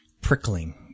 prickling